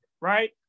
Right